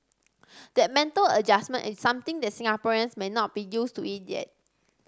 that mental adjustment is something that Singaporeans may not be used to it yet